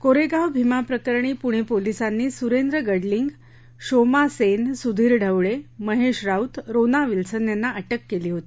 कोरगाव भीमा प्रकरणी पुणे पोलीसांनी सुरेंद्र गडलींग शोमा सेन सुधीर ढवळे महेश राऊत रोना विल्सन यांना अटक केली होती